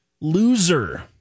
loser